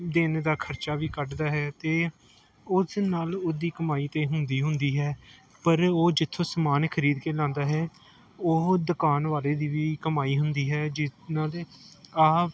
ਦਿਨ ਦਾ ਖਰਚਾ ਵੀ ਕੱਢਦਾ ਹੈ ਅਤੇ ਉਸ ਨਾਲ ਉਹਦੀ ਕਮਾਈ ਤਾਂ ਹੁੰਦੀ ਹੁੰਦੀ ਹੈ ਪਰ ਉਹ ਜਿੱਥੋਂ ਸਮਾਨ ਖਰੀਦ ਕੇ ਲਿਆਉਂਦਾ ਹੈ ਉਹ ਦੁਕਾਨ ਵਾਲੇ ਦੀ ਵੀ ਕਮਾਈ ਹੁੰਦੀ ਹੈ ਜਿਹਨਾਂ ਦੇ ਆਪ